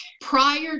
prior